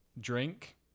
drink